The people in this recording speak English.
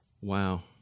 Wow